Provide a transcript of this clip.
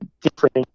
different